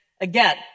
Again